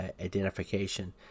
identification